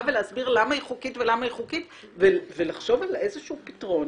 ולהסביר את חוקיותה ולחשוב על איזשהו פתרון